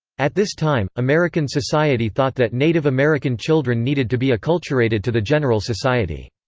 at this time, american society thought that native american children needed to be acculturated to the general society.